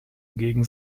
gegen